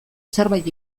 zerbait